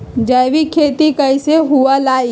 जैविक खेती कैसे हुआ लाई?